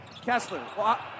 Kessler